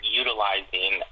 utilizing